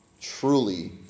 truly